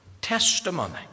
testimony